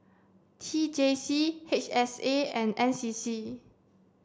T J C H S A and N C C